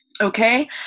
Okay